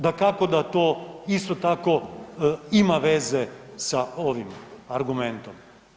Dakako da to isto tako ima veze sa ovim argumentom.